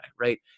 right